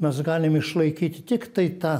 mes galim išlaikyti tiktai tą